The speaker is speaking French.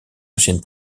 ancienne